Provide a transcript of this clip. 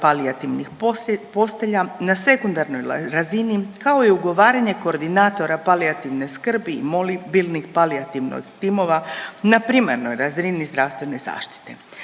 palijativnih postelja na sekundarnoj razini, kao i ugovaranje koordinatora palijativne skrbi i mobilnim palijativnih timova na primarnoj razini zdravstvene zaštite.